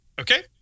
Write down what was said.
Okay